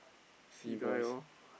see boys